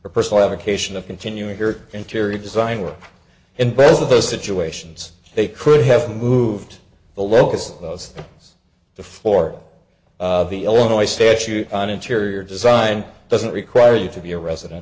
or personal avocation of continuing her interior design work in best of those situations they could have moved the locus of those things the floor of the illinois statute on interior design doesn't require you to be a resident